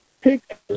pick